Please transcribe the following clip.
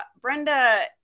Brenda